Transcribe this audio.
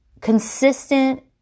consistent